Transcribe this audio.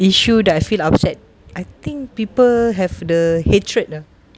issue that I feel upset I think people have the hatred lah